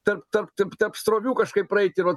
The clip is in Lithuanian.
tarp tarp t tarp srovių kažkaip praeiti va